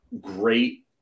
great